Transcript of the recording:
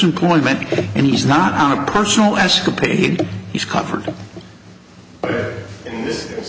employment and he's not on a personal escapade he's covered this is